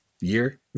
year